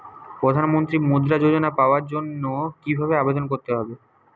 প্রধান মন্ত্রী মুদ্রা যোজনা পাওয়ার জন্য কিভাবে আবেদন করতে হবে?